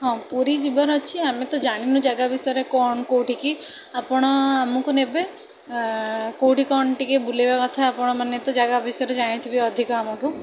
ହଁ ପୁରୀ ଯିବାର ଅଛି ଆମେ ତ ଜାଣିନୁ ଯାଗା ବିଷୟରେ କ'ଣ କେଉଁଠିକି ଆପଣ ଆମକୁ ନେବେ ଆ କେଉଁଠି କ'ଣ ଟିକିଏ ବୁଲେଇବା କଥା ଆପଣ ମାନେ ତ ଜାଗା ବିଷୟରେ ଜାଣିଥିବେ ଅଧିକା ଆମଠାରୁ